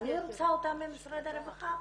אני רוצה אותה ממשרד הרווחה.